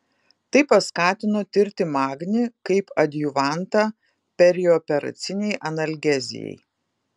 tai paskatino tirti magnį kaip adjuvantą perioperacinei analgezijai